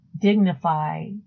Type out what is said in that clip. dignify